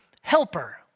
helper